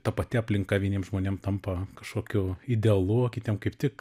ta pati aplinka vieniem žmonėm tampa kažkokiu idealu o kitiem kaip tik